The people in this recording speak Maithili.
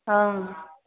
हँ